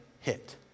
hit